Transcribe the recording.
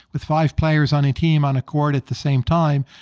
with five players on a team on a court at the same time,